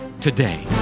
today